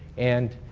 and,